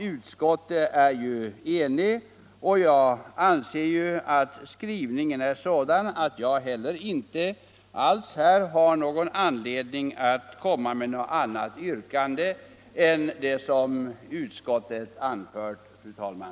Utskottet är enigt, och jag anser att skrivningen är sådan att jag inte alls har anledning att ställa något annat yrkande än bifall till utskottets hemställan.